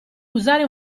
usare